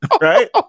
right